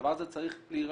הדבר הזה צריך להירשם,